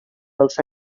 dels